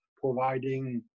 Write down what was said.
providing